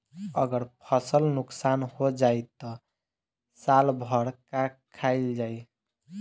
अगर फसल नुकसान हो जाई त साल भर का खाईल जाई